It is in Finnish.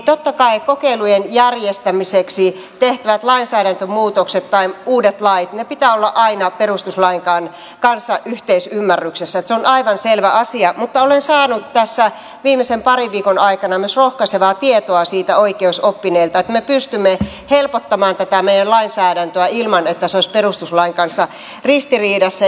totta kai kokeilujen järjestämiseksi tehtävien lainsäädäntömuutoksien tai uusien lakien pitää olla aina perustuslain kanssa yhteisymmärryksessä se on aivan selvä asia mutta olen saanut tässä viimeisen parin viikon aikana myös rohkaisevaa tietoa oikeusoppineilta siitä että me pystymme helpottamaan tätä meidän lainsäädäntöämme ilman että se olisi perustuslain kanssa ristiriidassa